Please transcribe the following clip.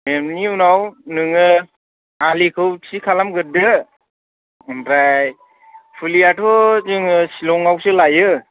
बेनि उनाव नोङो आलिखौ थि खालामगोरदो ओमफ्राय फुलियाथ' जोङो चिलंयावसो लायो